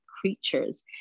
creatures